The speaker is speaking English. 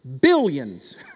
billions